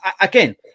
Again